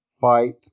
fight